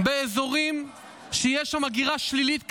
באזורים שיש שם הגירה שלילית כיום,